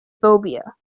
phobia